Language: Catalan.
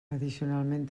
addicionalment